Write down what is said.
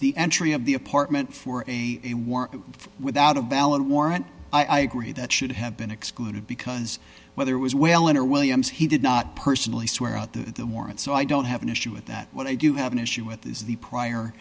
the entry of the apartment for a a war without a valid warrant i agree that should have been excluded because whether it was whaling or williams he did not personally swear out the warrants so i don't have an issue with that but i do have an issue with is the prior